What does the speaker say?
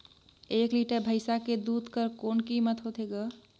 एक लीटर भैंसा के दूध कर कौन कीमत होथे ग?